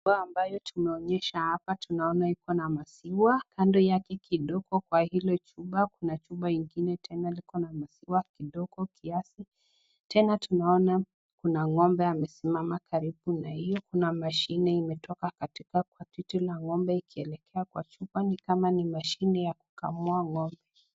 Chupa ambayo tumeonyeshwa hapa tunaona iko na maziwa, kando kidogo kwa hiyo chupa kuna chupa ingine tena iko na maziwa kidogo kiasi, tena tunaona kuna ng'ombe amesimama karibu na hiyo, kuna mashine imetoka katika kwa titi la ng'ombe ikielekea kwa chupa, ni kama ni mashini ya kukamua ng'ombe.